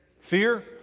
Fear